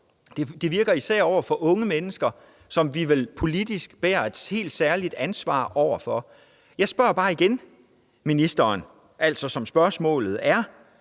Det virker især over for unge mennesker, som vi vel politisk bærer et helt særligt ansvar over for. Jeg spørger bare igen ministeren, altså som spørgsmålet er: